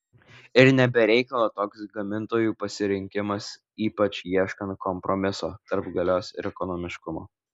ir ne be reikalo toks gamintojų pasirinkimas ypač ieškant kompromiso tarp galios ir ekonomiškumo